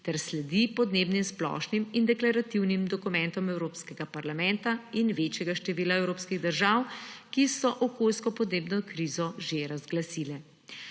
ter sledi podnebnim splošnim in deklarativnim dokumentom Evropskega parlamenta in večjega števila evropskih držav, ki so okoljsko in podnebno krizo že razglasile.